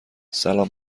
سلام